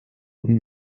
und